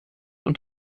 und